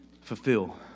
fulfill